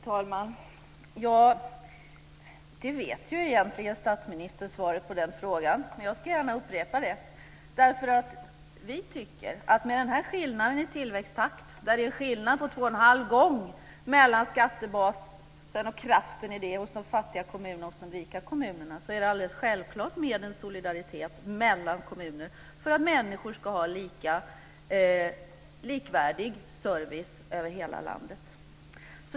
Herr talman! Svaret på den frågan vet egentligen statsministern, men jag ska gärna upprepa det. Vi tycker att med den skillnad i tillväxttakt vi har - en skillnad på två och en halv gång i skattebasens tillväxtkraft hos de fattiga respektive rika kommunerna - är det alldeles självklart med en solidaritet mellan kommuner för att människor ska ha likvärdig service över hela landet.